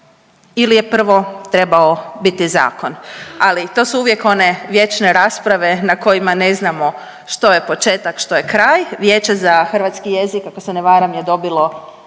ili je prvo trebao biti zakon, ali to su uvijek one vječne rasprave na kojima ne znamo što je početak, što je kraj. Vijeće za hrvatski jezik ako se ne varam je dobilo